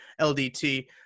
LDT